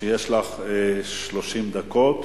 יש לך 30 דקות.